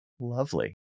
lovely